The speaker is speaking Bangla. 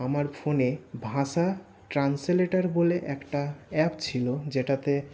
আমার ফোনে ভাষা ট্রানসলেটর বলে একটা অ্যাপ ছিল যেটাতে